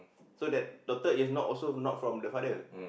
so that daughter is not also not from the father